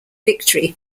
victory